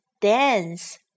dance